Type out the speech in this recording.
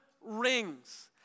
rings